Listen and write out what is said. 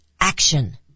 action